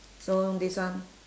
so this one